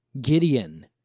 Gideon